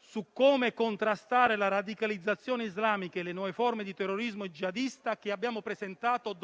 su come contrastare la radicalizzazione islamica e le nuove forme di terrorismo jihadista, che abbiamo presentato a